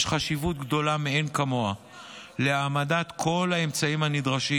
יש חשיבות גדולה מאין כמוה להעמדת כל האמצעים הנדרשים